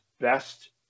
best